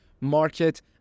market